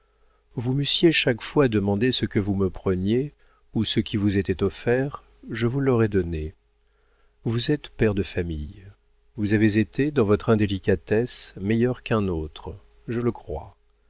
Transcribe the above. vous m'eussiez chaque fois demandé ce que vous me preniez ou ce qui vous était offert je vous l'aurais donné vous êtes père de famille vous avez été dans votre indélicatesse meilleur qu'un autre je le crois